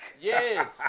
Yes